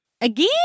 Again